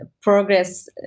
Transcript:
progress